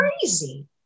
crazy